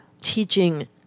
teaching